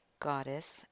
Goddess